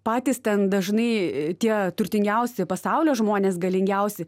patys ten dažnai tie turtingiausi pasaulio žmonės galingiausi